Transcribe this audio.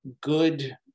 good